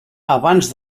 abans